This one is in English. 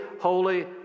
holy